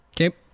Okay